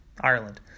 Ireland